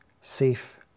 safe